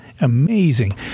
Amazing